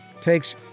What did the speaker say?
takes